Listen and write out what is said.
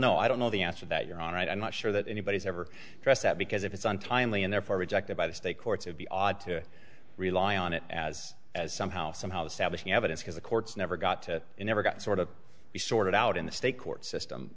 know i don't know the answer that you're on right i'm not sure that anybody's ever dressed up because if it's untimely and therefore rejected by the state courts would be odd to rely on it as as somehow somehow the salvation evidence because the courts never got to you never got sort of be sorted out in the state court system